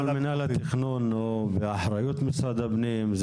מינהל התכנון הוא באחריות משרד הפנים,